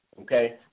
Okay